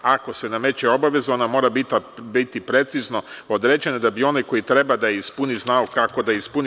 Ako se nameće obaveza, ona mora biti precizno određena, da bi onaj ko treba da je ispuni znao kako da je ispuni.